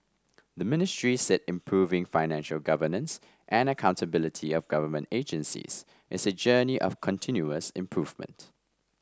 the Ministry said improving financial governance and accountability of government agencies is a journey of continuous improvement